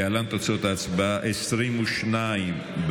להלן תוצאות ההצבעה: 22 בעד,